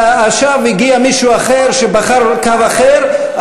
עכשיו הגיע מישהו אחר שבחר קו אחר.